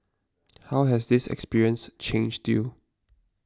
how has this experience changed you